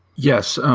yes,